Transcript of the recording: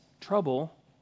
trouble